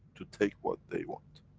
to take what they want.